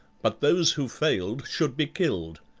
but those who failed should be killed.